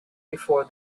before